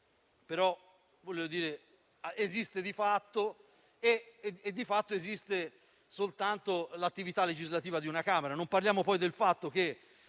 che esiste di fatto, così come di fatto esiste soltanto l'attività legislativa di una Camera.